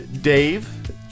dave